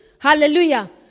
Hallelujah